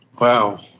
Wow